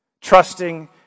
trusting